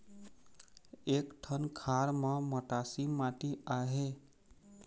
एक ठन खार म मटासी माटी आहे?